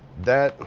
that,